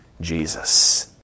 Jesus